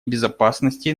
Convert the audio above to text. безопасности